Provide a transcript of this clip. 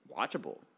watchable